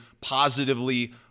positively